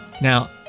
Now